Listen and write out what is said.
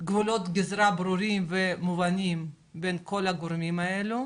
גבולות גזרה ברורים ומובנים בין כל הגורמים האלו.